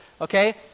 okay